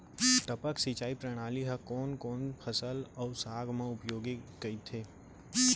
टपक सिंचाई प्रणाली ह कोन कोन फसल अऊ साग म उपयोगी कहिथे?